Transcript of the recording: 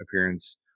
appearance